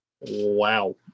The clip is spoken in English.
Wow